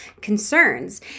concerns